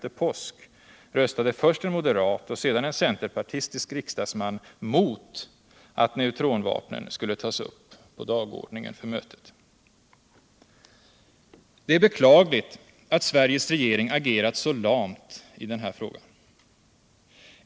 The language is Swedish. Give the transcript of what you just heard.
Det är beklagligt utt Sveriges regering agerat så lamt i denna fråga.